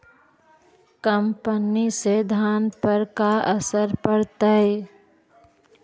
कम पनी से धान पर का असर पड़तायी?